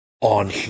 on